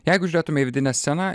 jeigu žiūrėtume į vidinę sceną